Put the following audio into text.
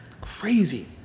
crazy